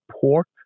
pork